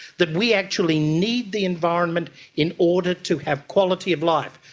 that we actually need the environment in order to have quality of life.